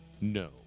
No